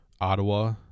Ottawa